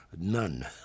None